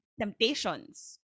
temptations